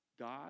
God